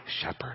shepherd